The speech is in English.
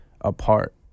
apart